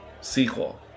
sequel